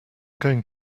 going